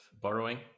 borrowing